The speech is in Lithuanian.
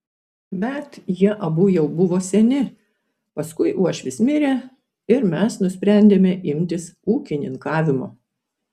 bet jie abu jau buvo seni paskui uošvis mirė ir mes nusprendėme imtis ūkininkavimo